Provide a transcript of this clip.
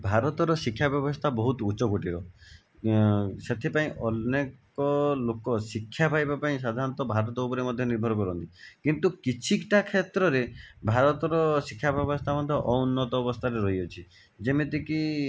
ଭାରତର ଶିକ୍ଷା ବ୍ୟବସ୍ଥା ବହୁତ ଉଚ୍ଚ କୋଟିର ସେଥିପାଇଁ ଅନେକ ଲୋକ ଶିକ୍ଷା ପାଇବା ପାଇଁ ସାଧାରଣତଃ ଭାରତ ଉପରେ ମଧ୍ୟ ନିର୍ଭର କରନ୍ତି କିନ୍ତୁ କିଛିଟା କ୍ଷେତ୍ରରେ ଭାରତର ଶିକ୍ଷା ବ୍ୟବସ୍ଥା ମଧ୍ୟ ଅନୁନ୍ନତ ଅବସ୍ଥାରେ ରହିଅଛି ଯେମିତିକି